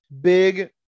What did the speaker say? Big